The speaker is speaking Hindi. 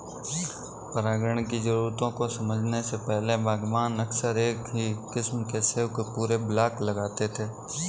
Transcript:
परागण की जरूरतों को समझने से पहले, बागवान अक्सर एक ही किस्म के सेब के पूरे ब्लॉक लगाते थे